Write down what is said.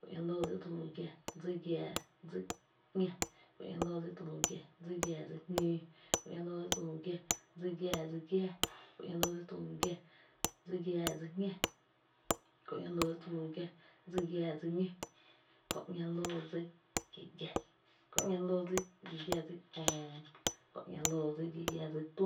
Kö ´ña loo dsi tu lu giⱥ dsi giⱥⱥ dsi ‘ña, Kö ´ña loo dsi tu lu giⱥ dsi giⱥⱥ dsi jñóo, Kö ´ña loo dsi tu lu giⱥ dsi giⱥⱥ dsi giáá, Kö ´ña loo dsi tu lu giⱥ dsi giⱥⱥ dsi jñá, Kö ´ña loo dsi tu lu giⱥ dsi giⱥⱥ dsi ñó, Kö ´ña loo dsi tu lu giⱥ dsi gi giⱥ, Kö ´ña loo dsi tu lu giⱥ dsi gi giⱥ dsi köö, Kö ´ña loo dsi tu lu giⱥ dsi gi giⱥ dsi tü,